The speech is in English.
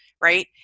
Right